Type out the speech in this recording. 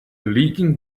leaking